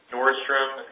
Nordstrom